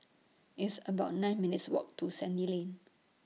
It's about nine minutes' Walk to Sandy Lane